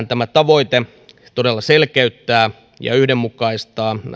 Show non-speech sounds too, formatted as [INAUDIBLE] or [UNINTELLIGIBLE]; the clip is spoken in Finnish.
[UNINTELLIGIBLE] tämä tavoite todella selkeyttää ja yhdenmukaistaa